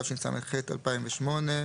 התשס"ח-2008,